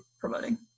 promoting